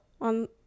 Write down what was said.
on